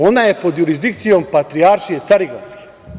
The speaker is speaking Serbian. Ona je pod jurisdikcijom Patrijaršije carigradske.